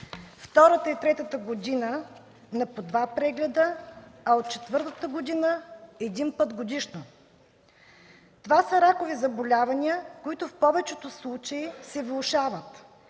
Втората и третата година – на по два прегледа, а от четвъртата година – веднъж годишно. Това са ракови заболявания, които в повечето случаи се влошават